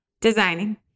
designing